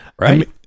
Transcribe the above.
right